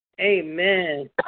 Amen